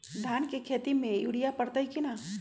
धान के खेती में यूरिया परतइ कि न?